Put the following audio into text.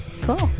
cool